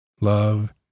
love